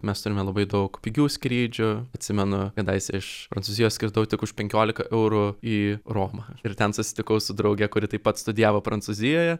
mes turime labai daug pigių skrydžių atsimenu kadaise iš prancūzijos skridau tik už penkiolika eurų į romą ir ten susitikau su drauge kuri taip pat studijavo prancūzijoje